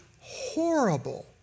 horrible